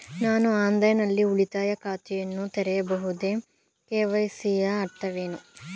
ನಾನು ಆನ್ಲೈನ್ ನಲ್ಲಿ ಉಳಿತಾಯ ಖಾತೆಯನ್ನು ತೆರೆಯಬಹುದೇ? ಕೆ.ವೈ.ಸಿ ಯ ಅರ್ಥವೇನು?